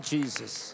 Jesus